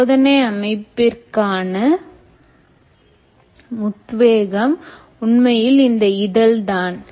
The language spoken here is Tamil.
சோதனை அமைப்பிற்கான உத்வேகம் உண்மையில் இந்த இதழ் தான்